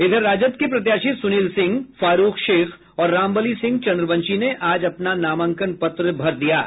इधर राजद के प्रत्याशी सुनील सिंह फारूख शेख और रामबलि सिंह चंद्रवंशी ने आज अपना नामांकन पत्र भर दिया है